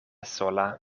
sola